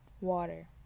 water